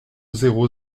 zéro